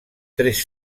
tres